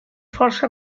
força